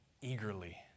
eagerly